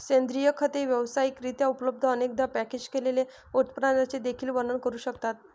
सेंद्रिय खते व्यावसायिक रित्या उपलब्ध, अनेकदा पॅकेज केलेल्या उत्पादनांचे देखील वर्णन करू शकतात